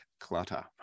clutter